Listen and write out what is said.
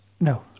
No